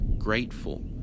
grateful